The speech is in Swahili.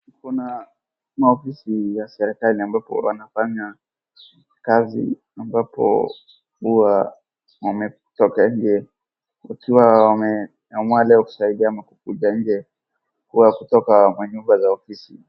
Kuna ma ofisi ya serikali ambapo wanafanya kazi ambapo hua wametoka nje wakiwa wameamua leo kusaidia ama kukuja nje kwa kutoka manyumba za ofisi .